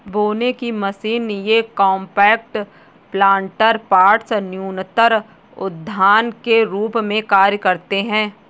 बोने की मशीन ये कॉम्पैक्ट प्लांटर पॉट्स न्यूनतर उद्यान के रूप में कार्य करते है